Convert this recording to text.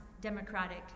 democratic